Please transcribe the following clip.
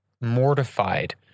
mortified